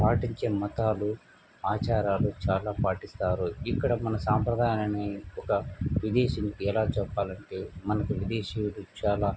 పాటించే మతాలు ఆచారాలు చాలా పాటిస్తారు ఇక్కడ మన సాంప్రదాయాలన్నీ ఒక విదేశీ ఎలా చెప్పాలి అంటే మనకి విదేశీయులు చాలా